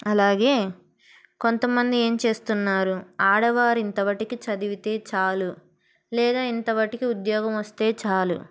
అలాగే కొంతమంది ఏం చేస్తున్నారు ఆడవారు ఇంతవరకు చదివితే చాలు లేదా ఇంతమట్టుక్కి ఉద్యోగం వస్తే చాలు